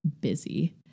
busy